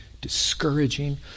discouraging